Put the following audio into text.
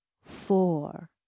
four